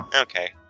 Okay